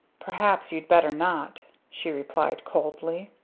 perhaps you'd better not, she replied coldly.